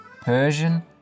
Persian